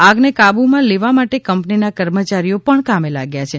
આગને કાબૂમાં લેવા માટે કંપનીના કર્મચારીઓ પણ કામે લાગ્યા છે